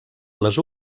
les